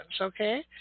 okay